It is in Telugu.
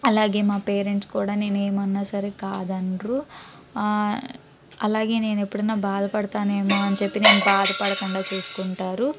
అలాగే మా పేరెంట్స్ కూడా నేనేమన్నా సరే కాదనరు అలాగే నేనెప్పుడన్నా బాధపడతానేమో అని చెప్పి నేను బాధ పడకుండా చూసుకుంటారు